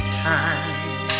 time